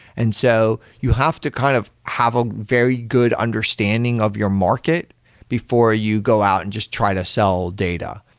and so you have to kind of have a very good understanding of your market before you go out and just try to sell data.